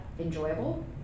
enjoyable